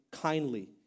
kindly